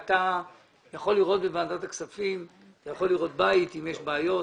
אתה יכול לראות בוועדת הכספים בית, אם יש בעיות.